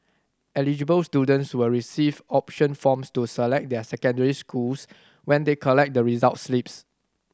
eligible students will receive option forms to select their secondary schools when they collect the results slips